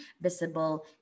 visible